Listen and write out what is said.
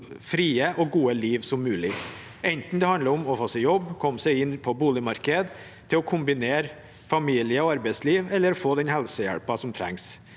fritt og godt liv som mulig – enten det handler om å få seg jobb, komme seg inn på boligmarkedet, kombinere familie- og arbeidsliv eller få den helsehjelpen som trengs.